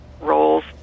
roles